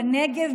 בנגב,